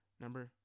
number